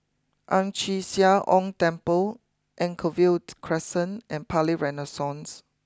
Ang Chee Sia Ong Temple Anchorvale Crescent and Palais Renaissance